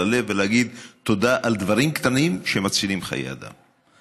הלב ולהגיד תודה על דברים קטנים שמצילים חיי אדם.